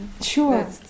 sure